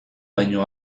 baino